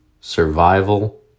survival